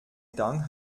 dank